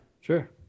Sure